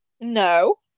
No